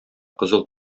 кызыл